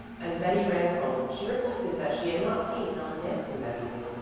as betty ran home, she reflected that she had not seen helen dancing that evening.